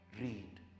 read